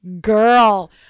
girl